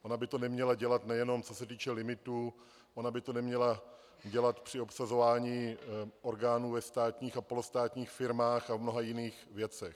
Ona by to neměla dělat nejenom co se týče limitů, ona by to neměla dělat při obsazování orgánů ve státních a polostátních firmách a v mnoha jiných věcech.